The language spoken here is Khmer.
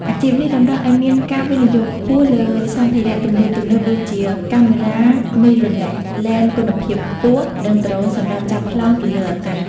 អាជីពនេះតម្រូវឱ្យមានការវិនិយោគខ្ពស់លើសម្ភារៈទំនើបៗដូចជា កាមេរ៉ា Mirrorless ឡេនគុណភាពខ្ពស់ និងដ្រូនសម្រាប់ចាប់ប្លង់ពីលើអាកាស។